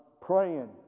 praying